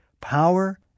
power